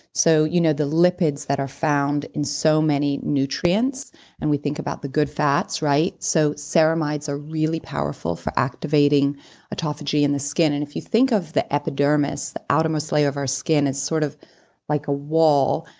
so you know the lipids that are found in so many nutrients and we think about the good fats. so ceramides are really powerful for activating autophagy in the skin. and if you think of the epidermis, the outermost layer of our skin is sort of like a wall,